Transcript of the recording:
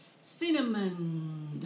Cinnamon